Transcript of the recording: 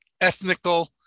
ethnical